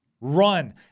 Run